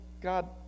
God